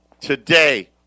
Today